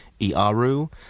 Iaru